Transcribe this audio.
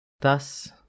Thus